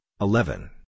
eleven